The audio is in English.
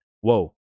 Whoa